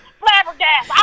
flabbergasted